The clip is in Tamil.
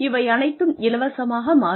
இவை அனைத்தும் இலவசமாக மாறும்